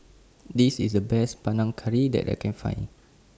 This IS The Best Panang Curry that I Can Find